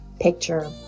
picture